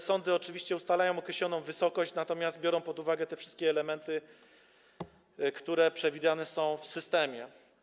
Sądy oczywiście ustalają określoną wysokość, natomiast biorą pod uwagę te wszystkie elementy, które przewidziane są w systemie.